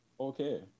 okay